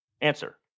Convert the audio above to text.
answer